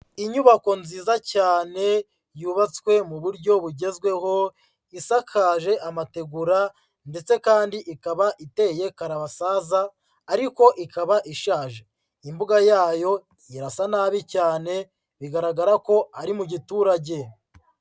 Inyubako nziza cyane, yubatswe mu buryo bugezweho, isakaje amategura ndetse kandi ikaba iteye karabasaza ariko ikaba ishaje, imbuga yayo irasa nabi cyane bigaragara ko ari mu giturage.